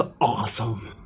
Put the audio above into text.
awesome